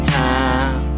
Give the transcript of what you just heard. time